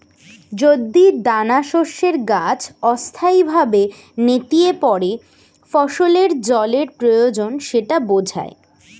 যদি দানাশস্যের গাছ অস্থায়ীভাবে নেতিয়ে পড়ে ফসলের জলের প্রয়োজন সেটা বোঝায়